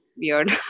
weird